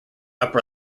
upper